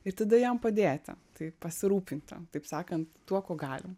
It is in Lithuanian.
ir tada jam padėti tai pasirūpinti taip sakant tuo kuo galim